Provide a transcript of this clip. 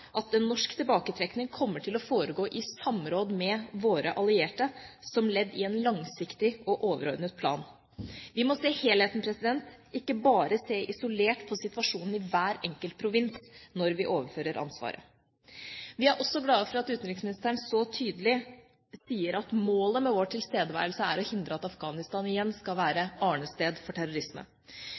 at en norsk tilbaketrekking kommer til å foregå i samråd med våre allierte som ledd i en langsiktig og overordnet plan. Vi må se helheten, ikke bare se isolert på situasjonen i hver enkelt provins når vi overfører ansvaret. Vi er også glade for at utenriksministeren så tydelig sier at målet med vår tilstedeværelse er å hindre at Afghanistan igjen skal være arnested for terrorisme.